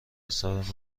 حساب